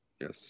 yes